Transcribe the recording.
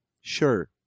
Sure